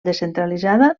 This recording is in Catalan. descentralitzada